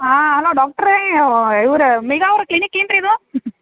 ಹಾಂ ಅಲೋ ಡಾಕ್ಟ್ರೇ ಇವ್ರು ಮೇಘಾ ಅವ್ರ ಕ್ಲಿನಿಕ್ ಏನು ರೀ ಇದು